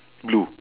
blue